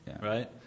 right